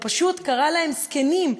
הוא פשוט קרא להם זקנים,